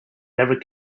never